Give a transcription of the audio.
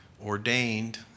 ordained